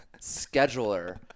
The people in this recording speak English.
scheduler